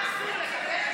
אני מסביר את זה שוב: